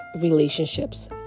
relationships